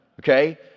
okay